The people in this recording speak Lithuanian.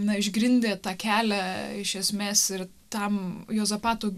na išgrindė tą kelią iš esmės ir tam juozapato